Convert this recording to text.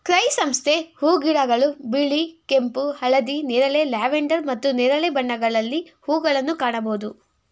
chrysanthemum ಹೂಗಿಡಗಳು ಬಿಳಿ, ಕೆಂಪು, ಹಳದಿ, ನೇರಳೆ, ಲ್ಯಾವೆಂಡರ್ ಮತ್ತು ನೇರಳೆ ಬಣ್ಣಗಳಲ್ಲಿ ಹೂಗಳನ್ನು ಕಾಣಬೋದು